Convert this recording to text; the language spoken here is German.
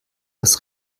was